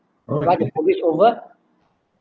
right before it's over